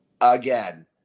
again